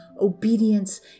obedience